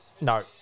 no